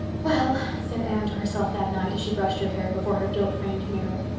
well, said anne to herself that night, as she brushed her hair before her gilt framed mirror,